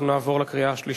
אנחנו נעבור לקריאה השלישית.